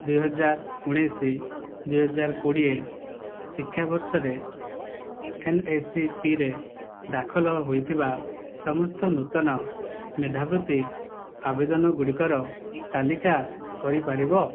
ଦୁଇହଜାର ଉଣାଇଶ ଦୁଇହଜାର କୋଡ଼ିଏ ଶିକ୍ଷାବର୍ଷରେ ଏନ୍ଏସିପିରେ ଦାଖଲ ହୋଇଥିବା ସମସ୍ତ ନୂତନ ମେଧାବୃତ୍ତି ଆବେଦନ ଗୁଡ଼ିକର ତାଲିକା କରି ପାରିବ